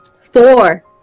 Four